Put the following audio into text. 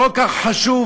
כל כך חשוב.